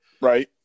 right